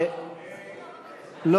היא הצביעה בעד.